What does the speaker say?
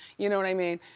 you know what i mean?